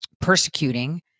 persecuting